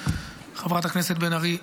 חברת הכנסת בן ארי,